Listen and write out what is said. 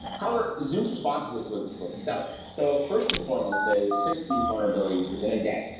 however, zoom's response to this was was stellar. so first and foremost, they fixed these vulnerabilities within a day,